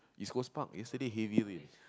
east-coast-park yesterday heavy rain